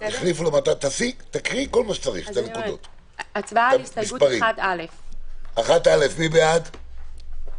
הסתייגות מס' 9. מי בעד ההסתייגות?